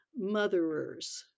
motherers